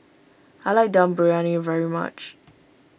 I like Dum Briyani very much